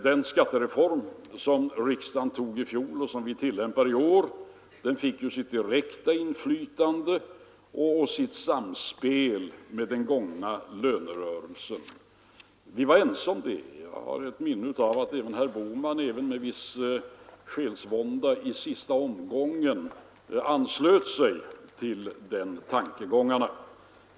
Den skattereform som riksdagen tog i fjol och som vi tillämpar i år fick ju sitt direkta inflytande på och sitt samspel med den gångna lönerörelsen. Vi var ense om det. Jag har ett minne av att också herr Bohman, även om det skedde med viss själsvånda, i sista omgången anslöt sig till de tankegångarna.